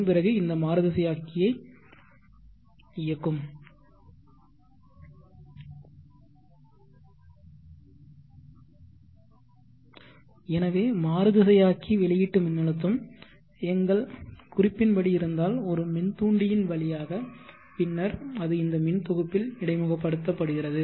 இது பிறகு இந்த மாறுதிசையாக்கியை இயக்கும் எனவே மாறுதிசையாக்கி வெளியீட்டு மின்னழுத்தம் எங்கள் குறிப்பின்படி இருந்தால் ஒரு மின்தூண்டி இன் வழியாக பின்னர் அது இந்த மின்தொகுப்பில் இடைமுகப்படுத்துகிறது